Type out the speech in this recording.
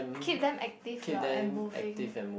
keep them active lah and moving